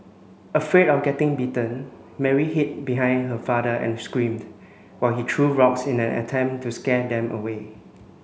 afraid of getting bitten Mary hid behind her father and screamed while he threw rocks in an attempt to scare them away